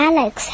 Alex